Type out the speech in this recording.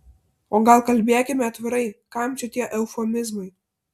o gal kalbėkime atvirai kam čia tie eufemizmai